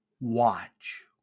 Watch